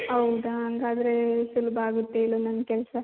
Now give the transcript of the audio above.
ಹೌದ ಹಂಗಾದ್ರೆ ಸುಲಭ ಆಗುತ್ತೇಳು ನನ್ನ ಕೆಲಸ